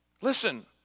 Listen